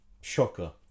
Shocker